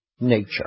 nature